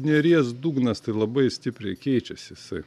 neries dugnas tai labai stipriai keičias jisai